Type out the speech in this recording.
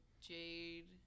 Jade